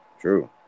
true